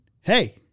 hey